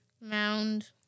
Mound